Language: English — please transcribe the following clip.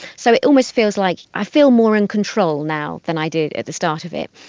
so it almost feels like i feel more in control now than i did at the start of it.